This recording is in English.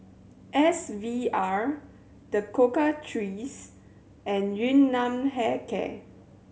S V R The Cocoa Trees and Yun Nam Hair Care